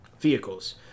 vehicles